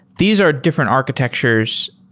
these are different architectures.